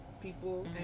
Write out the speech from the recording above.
people